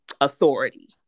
authority